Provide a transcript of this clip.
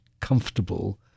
comfortable